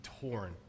torn